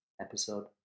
episode